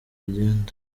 agenda